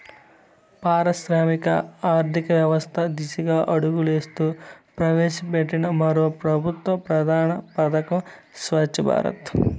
పారదర్శక ఆర్థికవ్యవస్త దిశగా అడుగులేస్తూ ప్రవేశపెట్టిన మరో పెబుత్వ ప్రధాన పదకం స్వచ్ఛ భారత్